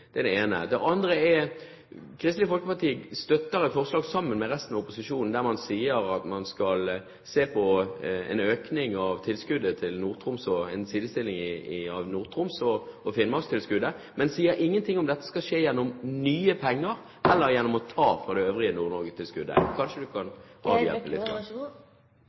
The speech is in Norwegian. Det er det ene. Det andre er: Kristelig Folkeparti støtter, sammen med resten av opposisjonen, et forslag om å se på en sidestilling av tilskuddet til Nord-Troms og finnmarkstilskuddet, men man sier ingenting om hvorvidt dette skal skje gjennom nye penger eller ved å ta fra det øvrige